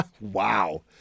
Wow